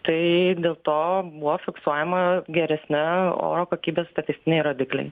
tai dėl to buvo fiksuojama geresni oro kokybės statistiniai rodikliai